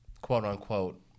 quote-unquote